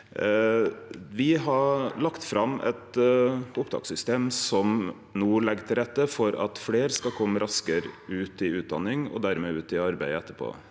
Me har lagt fram eit opptakssystem som legg til rette for at fleire skal kome raskare ut i utdanning, og dimed ut i arbeid etterpå.